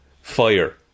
Fire